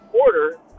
order